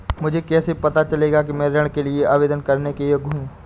मुझे कैसे पता चलेगा कि मैं ऋण के लिए आवेदन करने के योग्य हूँ?